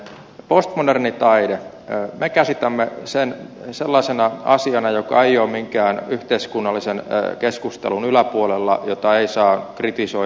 postmoderni taide me käsitämme sen sellaiseksi asiaksi joka ei ole minkään yhteiskunnallisen keskustelun yläpuolella ja jota ei saisi kritisoida